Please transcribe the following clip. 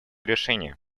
решения